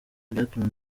byatuma